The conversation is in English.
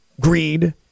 greed